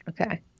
Okay